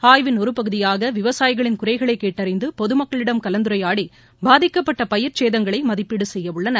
ஆய்வின் ஒரு பகுதியாக விவசாயிகளின் குறைகளை கேட்டறிந்து பொது மக்களிடம் கலந்துரையாடி பாதிக்கப்பட்ட பயிர் சேதங்களை மதிப்பீடு செய்ய உள்ளனர்